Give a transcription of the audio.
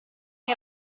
che